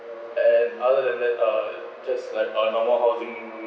and other than that uh just like uh normal housing